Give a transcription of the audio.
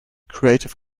creative